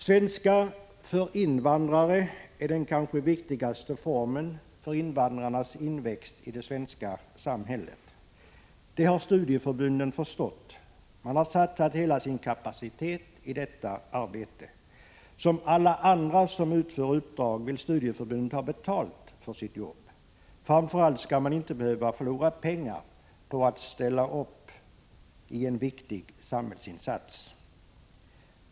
Svenska för invandrare är den kanske viktigaste formen för invandrarnas inväxt i det svenska samhället. Det har studieförbunden förstått. De har satsat hela sin kapacitet i detta arbete. Som alla andra som utför uppdrag vill studieförbunden ha betalt för sitt jobb. Framför allt skall man inte behöva förlora pengar på att ställa upp i en viktig samhällsinsats.